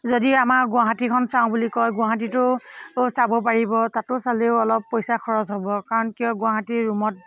যদি আমাৰ গুৱাহাটীখন চাওঁ বুলি কয় গুৱাহাটীতো চাব পাৰিব তাতো চালেও অলপ পইচা খৰচ হ'ব কাৰণ কিয় গুৱাহাটীৰ ৰূমত